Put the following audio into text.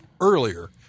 earlier